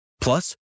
Plus